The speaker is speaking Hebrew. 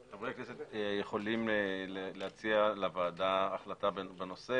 חברי הכנסת יכולים להציע לוועדה החלטה בנושא